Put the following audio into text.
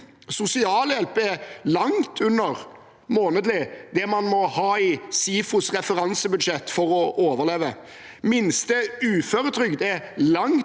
Sosialhjelp er langt under det man månedlig må ha i SIFOs referansebudsjett for å overleve. Minste uføretrygd er langt under